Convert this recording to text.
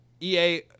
EA